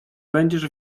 będziesz